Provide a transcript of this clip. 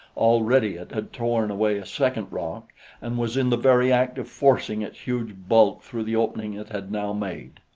already it had torn away a second rock and was in the very act of forcing its huge bulk through the opening it had now made.